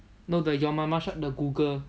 no the your mama shop the google